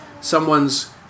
someone's